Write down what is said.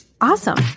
Awesome